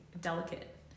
delicate